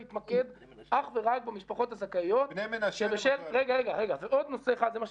אבל עוד פעם,